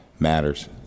matters